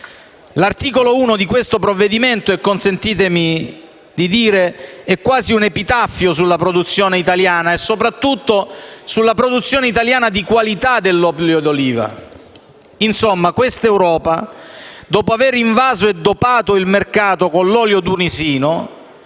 L'articolo 1 di questo provvedimento è - consentitemi - quasi un epitaffio sulla produzione italiana e soprattutto sulla produzione italiana di qualità dell'olio di oliva. Insomma questa Europa, dopo aver invaso e dopato il mercato con l'olio tunisino,